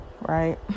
Right